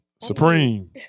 Supreme